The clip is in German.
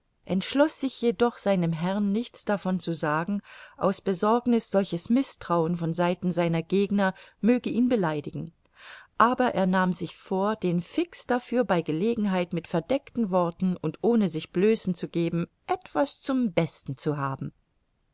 entschloß sich jedoch seinem herrn nichts davon zu sagen aus besorgniß solches mißtrauen von seiten seiner gegner möge ihn beleidigen aber er nahm sich vor den fix dafür bei gelegenheit mit verdeckten worten und ohne sich blößen zu geben etwas zum besten zu haben